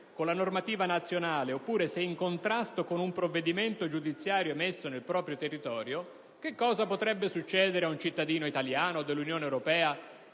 con la normativa nazionale, oppure se è in contrasto con un provvedimento giudiziario emesso nel proprio territorio, che cosa potrebbe succedere ad un cittadino italiano o dell'Unione europea